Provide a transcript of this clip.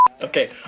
Okay